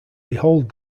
behold